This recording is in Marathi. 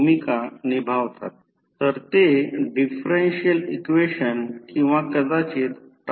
यामधून वाहणारा प्रवाह I c आहे आणि या शाखेतून वाहणारा प्रवाह I m आहे